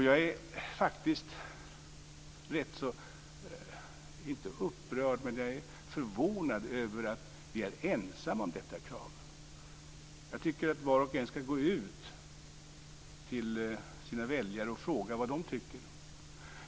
Jag är förvånad över att vi moderater är ensamma om detta krav. Jag tycker att var och en skall gå ut till sina väljare och fråga vad de tycker.